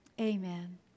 Amen